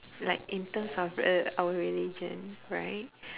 like in terms of rel~ our religion right